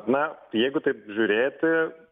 na jeigu taip žiūrėti